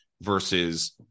versus